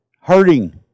hurting